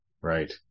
Right